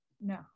no